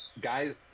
guys